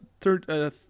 third –